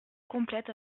complète